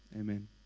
Amen